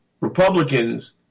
Republicans